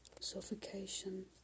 suffocation